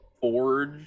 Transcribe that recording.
Forge